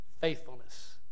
faithfulness